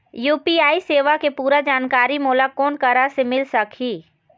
UPI सेवा के पूरा जानकारी मोला कोन करा से मिल सकही?